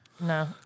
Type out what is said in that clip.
No